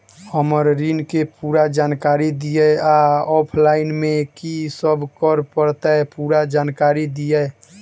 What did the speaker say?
हम्मर ऋण केँ पूरा जानकारी दिय आ ऑफलाइन मे की सब करऽ पड़तै पूरा जानकारी दिय?